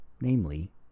namely